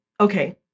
okay